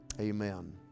Amen